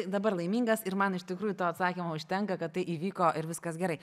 dabar laimingas ir man iš tikrųjų to atsakymo užtenka kad tai įvyko ir viskas gerai